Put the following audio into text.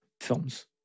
films